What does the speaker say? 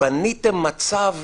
בניתם מצב.